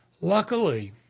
luckily